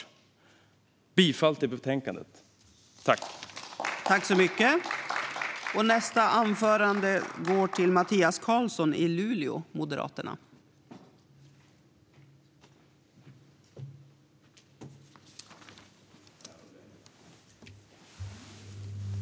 Jag yrkar bifall till utskottets förslag.